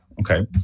Okay